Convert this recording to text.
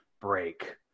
break